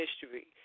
history